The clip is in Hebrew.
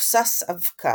מבוסס אבקה,